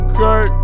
Okay